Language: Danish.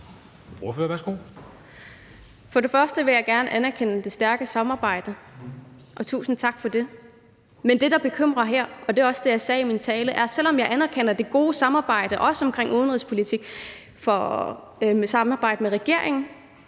For det første vil jeg gerne anerkende det stærke samarbejde, og tusind tak for det. Men det, der bekymrer mig her – og det var også det, jeg sagde i min tale – er, at selv om jeg anerkender det gode samarbejde med regeringen, også omkring udenrigspolitikken, er det stadig